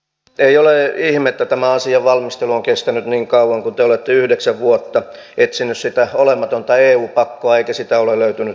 ei ole ihme että tämä asian valmistelu on kestänyt niin kauan kun te olette yhdeksän vuotta etsinyt sitä olematonta eu pakkoa eikä sitä ole löytynyt vieläkään